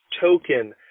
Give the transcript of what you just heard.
token